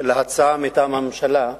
על ההצעה מטעם הממשלה,